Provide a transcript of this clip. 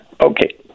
Okay